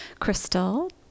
Crystal